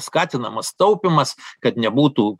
skatinamas taupymas kad nebūtų